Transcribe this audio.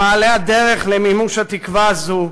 במעלה הדרך למימוש התקווה הזו,